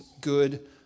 good